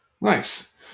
Nice